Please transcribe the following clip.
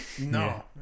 no